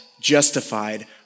justified